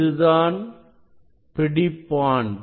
இதுதான் பிடிப்பான்